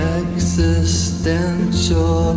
existential